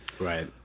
Right